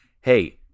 hey